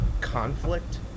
conflict